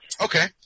Okay